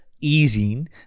easing